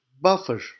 buffer